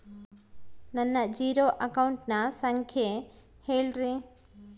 ನನ್ನ ಜೇರೊ ಅಕೌಂಟಿನ ಸಂಖ್ಯೆ ಹೇಳ್ರಿ?